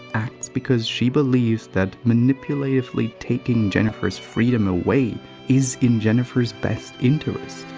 acts because she believes that manipulatively taking jennifer's freedom away is in jennifer's best interest.